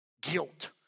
Guilt